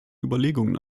überlegungen